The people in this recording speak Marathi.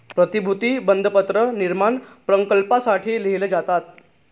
प्रतिभूती बंधपत्र निर्माण प्रकल्पांसाठी लिहिले जातात